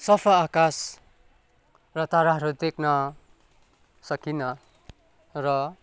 सफा आकाश र ताराहरू देख्न सकिनँ र